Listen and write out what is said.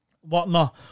whatnot